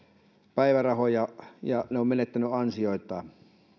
päivärahoja ja kuinka moni on menettänyt ansioitaan